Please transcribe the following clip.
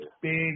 big